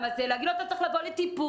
הזה ולהגיד לו אתה צריך לבוא לטיפול,